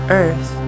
earth